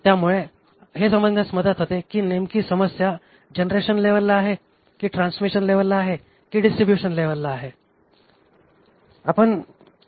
त्यामुळे हे समजण्यास मदत होते की नेमकी समस्या जनरेशन लेवलला आहे की ट्रान्समिशन लेवलला आहे की डीसट्रीब्युशन लेवलला आहे